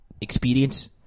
experience